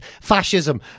fascism